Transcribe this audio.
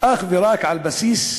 לא נחת תייר,